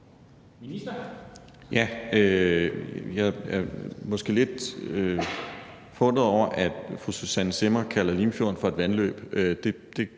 Jeg er måske lidt forundret over, at fru Susanne Zimmer kalder Limfjorden for et vandløb.